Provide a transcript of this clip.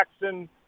Jackson